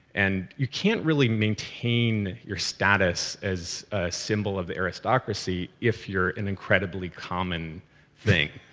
and you can't really maintain your status as a symbol of the aristocracy, if you're an incredibly common thing